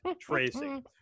tracing